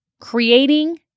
creating